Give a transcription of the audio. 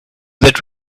that